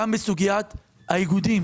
גם בסוגיית האיגודים